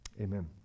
Amen